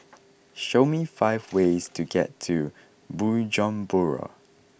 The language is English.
show me five ways to get to Bujumbura